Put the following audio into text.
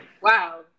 wow